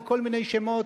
לכל מיני שמות,